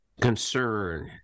Concern